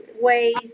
ways